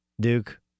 Duke